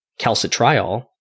calcitriol